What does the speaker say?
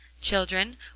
Children